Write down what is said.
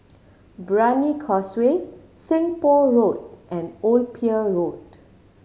Brani Causeway Seng Poh Road and Old Pier Road